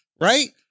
right